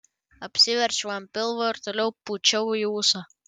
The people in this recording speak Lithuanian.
apsiverčiau ant pilvo ir toliau pūčiau į ūsą